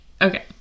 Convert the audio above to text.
Okay